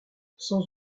sans